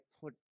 put